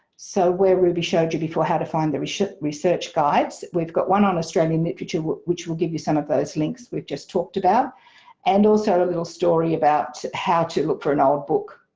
so where ruby showed you before how to find the research research guides we've got one on australian literature which will give you some of those links we're just talked about and also a little story about how to look for an old book